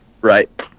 Right